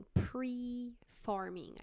pre-farming